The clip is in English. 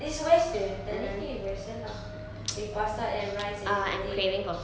it's western everything is western lah with pasta and rice and everything